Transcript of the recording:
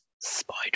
Spider